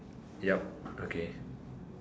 yup okay